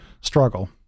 struggle